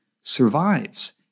survives